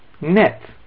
net